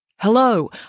Hello